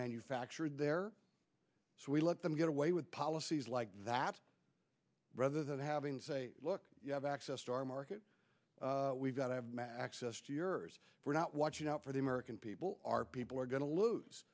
manufactured there so we let them get away with policies like that rather than having to say look you have access to our market we've got to max us two years we're not watching out for the american people our people are going to lose